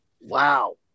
wow